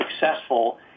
successful